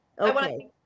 Okay